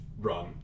Run